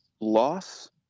loss